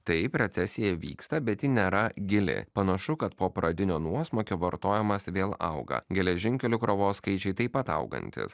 taip recesija vyksta bet ji nėra gili panašu kad po pradinio nuosmukio vartojimas vėl auga geležinkelio krovos skaičiai taip pat augantys